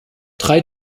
drei